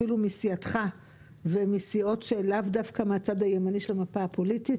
אפילו מסיעתך ומסיעות שלאו דווקא מהצד הימני של המפה הפוליטית,